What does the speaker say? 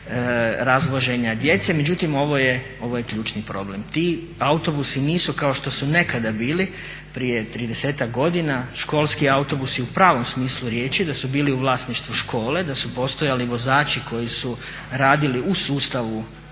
razvoženja djece, međutim, ovo je ključni problem. Ti autobusi nisu kao što su nekada bili prije 30-ak godina, školski autobusi u pravom smislu riječi da su bili u vlasništvu škole, da su postojali vozači koji su radili u sustavu